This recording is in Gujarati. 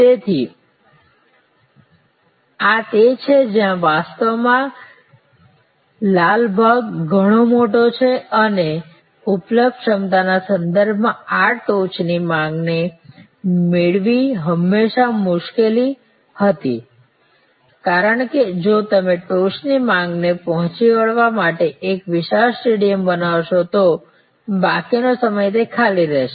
તેથી આ તે છે જ્યાં વાસ્તવમાં લાલ ભાગ ઘણો મોટો છે અને ઉપલબ્ધ ક્ષમતાના સંદર્ભમાં આ ટોચની માંગને મેળવવી હંમેશા મુશ્કેલ હતી કારણ કે જો તમે તે ટોચની માંગને પહોંચી વળવા માટે એક વિશાળ સ્ટેડિયમ બનાવશો તો બાકીનો સમય તે ખાલી રહેશે